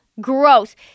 Gross